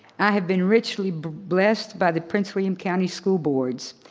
i have been richly blessed by the prince william county school boards.